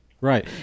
Right